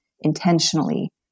intentionally